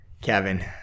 Kevin